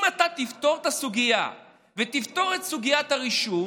אם אתה תפתור את הסוגיה, ותפתור את סוגיית הרישום,